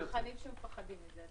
יש צרכנים שמפחדים מזה.